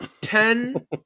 Ten